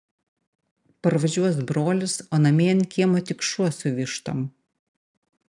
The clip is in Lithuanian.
parvažiuos brolis o namie ant kiemo tik šuo su vištom